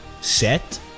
set